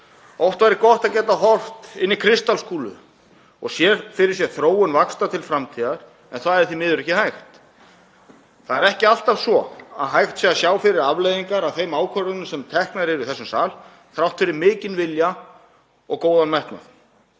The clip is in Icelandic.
Oft væri gott að geta horft inn í kristalskúlu og séð fyrir sér þróun vaxta til framtíðar en það er því miður ekki hægt. Það er ekki alltaf svo að hægt sé að sjá fyrir afleiðingar af þeim ákvörðunum sem teknar eru í þessum sal þrátt fyrir mikinn vilja og góðan metnað.